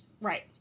Right